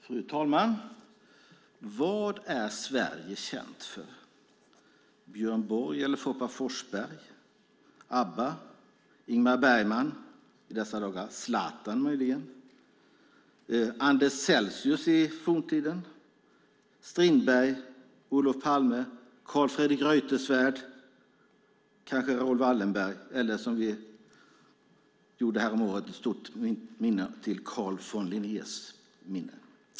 Fru talman! Vad är Sverige känt för - Björn Borg eller "Foppa" Forsberg, ABBA, Ingmar Bergman, i dessa dagar Zlatan möjligen, Anders Celsius i forntiden, Strindberg, Olof Palme, Carl Fredrik Reuterswärd, Raoul Wallenberg eller Carl von Linné?